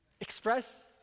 express